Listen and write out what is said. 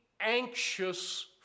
anxious